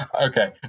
Okay